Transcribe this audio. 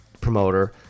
promoter